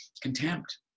contempt